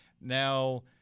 Now